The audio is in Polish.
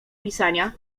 pisania